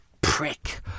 prick